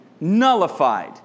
Nullified